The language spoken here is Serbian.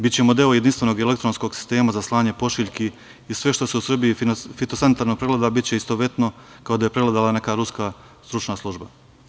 Bićemo deo jedinstvenog elektronskog sistema za slanje pošiljki i sve što se u Srbiji fitosanitarno pregleda, biće istovetno kao da je pregledala neka ruska stručna služba.